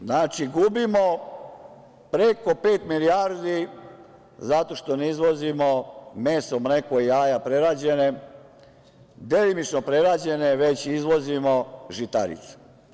Znači, gubimo preko pet milijardi zato što ne izvozimo meso, mleko i jaja prerađene, delimično prerađene, već izvozimo žitarice.